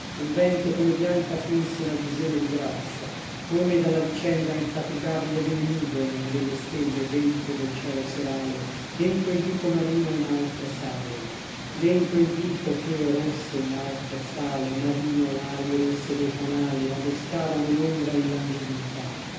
il vento come bianca finse una visione di grazia come dalla vicenda infaticabile de le nuvole e de le stelle dentro del cielo serale dentro il vico marino in alto sale dentro il vico chè rosse in alto sale marino l'ali rosse dei fanali rabescavano l'ombra illanguidita che